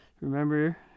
remember